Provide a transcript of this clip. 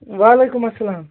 وعلیکُم اسلام